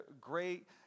great